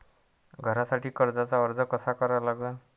घरासाठी कर्जाचा अर्ज कसा करा लागन?